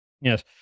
Yes